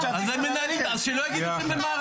אז שלא יגידו שהם ממהרים.